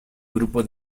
grupo